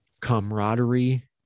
camaraderie